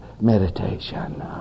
meditation